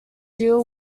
deal